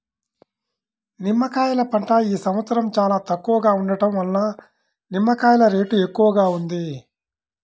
నిమ్మకాయల పంట ఈ సంవత్సరం చాలా తక్కువగా ఉండటం వలన నిమ్మకాయల రేటు ఎక్కువగా ఉంది